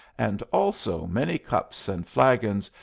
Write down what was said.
and also many cups and flagons,